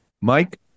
Mike